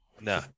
No